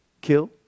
Kill